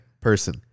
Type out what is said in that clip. person